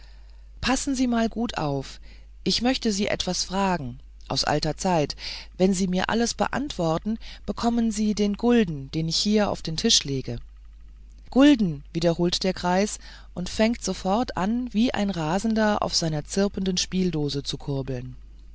passen sie mal gut auf ich möchte sie etwas fragen aus alter zeit wenn sie mir alles gut beantworten bekommen sie den gulden den ich hier auf den tisch lege gulden wiederholt der greis und fängt sofort an wie ein rasender auf seiner zirpenden spieldose zu